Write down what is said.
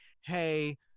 hey